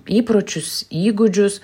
įpročius įgūdžius